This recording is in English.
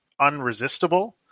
unresistible